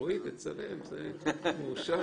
אין נמנעים, אין אושר.